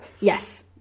yes